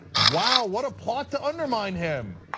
wow, what a plot to undermine him.